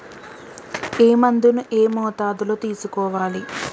ఏ మందును ఏ మోతాదులో తీసుకోవాలి?